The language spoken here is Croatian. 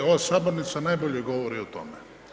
Ova sabornica najbolje govori o tome.